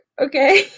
okay